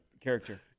character